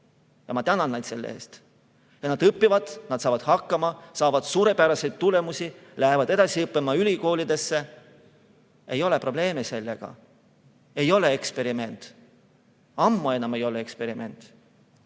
Ma tänan neid selle eest, et nad õpivad. Nad saavad hakkama, saavad suurepäraseid tulemusi, lähevad edasi õppima ülikoolidesse – ei ole probleeme sellega. Ei ole eksperiment! Ammu enam ei ole eksperiment!